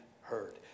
heard